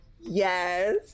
Yes